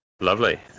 Lovely